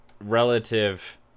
relative